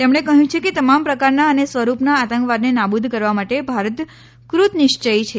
તેમણે કહ્યું છે કે તમામ પ્રકારના અને સ્વરૂપના આતંકવાદને નાબુદ કરવા માટે ભારત કૃતનિશ્ચયી છે